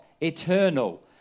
eternal